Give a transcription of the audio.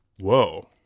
whoa